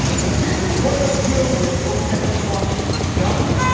the big oil deal with opec plus is done.